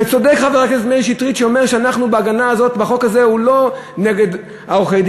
וצודק חבר הכנסת מאיר שטרית שאומר שבחוק הזה הוא לא נגד עורכי-הדין,